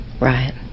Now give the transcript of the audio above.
Right